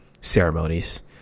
ceremonies